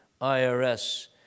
IRS